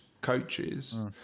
coaches